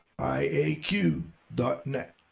IAQ.net